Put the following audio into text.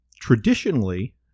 traditionally